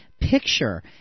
picture